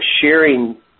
sharing